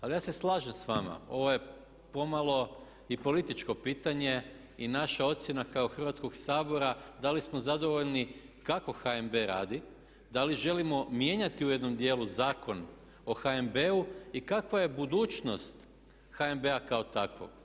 Ali ja se slažem s vama, ovo je pomalo i političko pitanje i naša ocjena kao Hrvatskog sabora da li smo zadovoljni kako HNB radi, da li želimo mijenjati u jednom dijelu Zakon o HNB-u i kakva je budućnost HNB-a kao takvog.